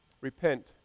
Repent